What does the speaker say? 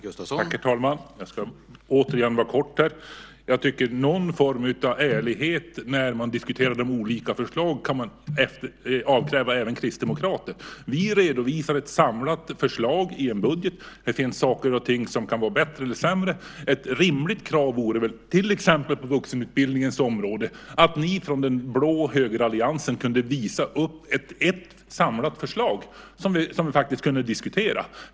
Herr talman! Jag tycker att man kan avkräva även kristdemokrater någon form av ärlighet när man diskuterar olika förslag. Vi redovisar ett samlat förslag i en budget. Där finns saker som kan vara bättre eller sämre. Ett rimligt krav vore väl att ni från den blå högeralliansen kunde visa upp ett samlat förslag till exempel på vuxenutbildningens område som vi kunde diskutera.